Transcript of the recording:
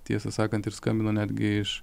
tiesą sakant ir skambino netgi iš